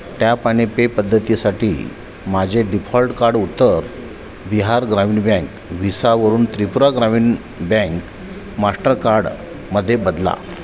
tap आणि pay पद्धतीसाठी माझे default card Uttar Bihar Gramin bank व्हिसावरून त्रिपुरा ग्रामीण बँक मास्टरकार्ड मध्ये बदला